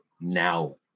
now